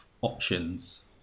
options